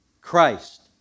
Christ